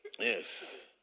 Yes